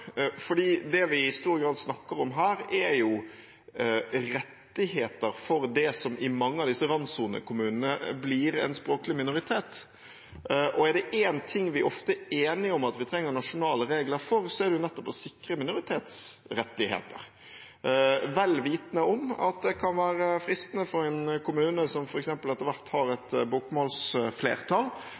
Det vi i stor grad snakker om her, er rettigheter for det som i mange av disse randsonekommunene blir en språklig minoritet. Er det én ting vi ofte er enige om at vi trenger nasjonale regler for, er det nettopp å sikre minoritetsrettigheter – vel vitende om at det kan være fristende for en kommune som f.eks. etter hvert har et bokmålsflertall,